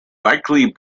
likely